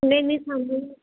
ਨਹੀਂ ਨਹੀਂ ਸਾਨੂੰ